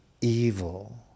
evil